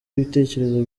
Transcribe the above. ibitekerezo